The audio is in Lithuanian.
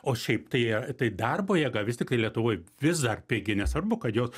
o šiaip tai tai darbo jėga vis tiktai lietuvoj vis dar pigi nesvarbu kad jos